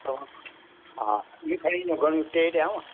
तव्हां हा इहे खणी वञो घणियूं टे ॾियांव